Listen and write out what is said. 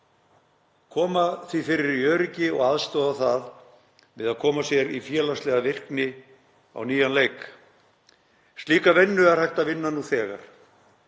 koma því í öryggi og aðstoða það við að koma sér í félagslega virkni á nýjan leik. Slíka vinnu er hægt að vinna nú þegar.